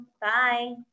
bye